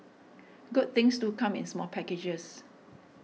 good things do come in small packages